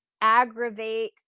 aggravate